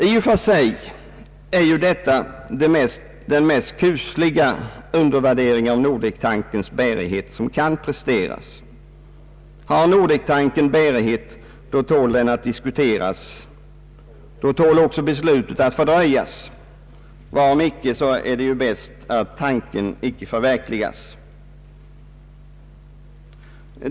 I och för sig är detta den mest kusliga undervärdering av Nordektankens bärighet som kan presteras. Har Nordektanken bärighet, då tål den att diskuteras och då tål även beslutet att fördröjas — om icke är det bäst att tanken icke förverkligas.